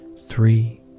three